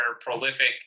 prolific